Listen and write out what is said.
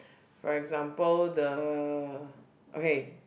for example the okay